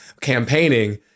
campaigning